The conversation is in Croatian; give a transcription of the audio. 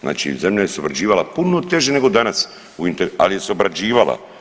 Znači zemlja se je obrađivala puno teže nego danas, ali se obrađivala.